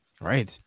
Right